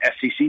SEC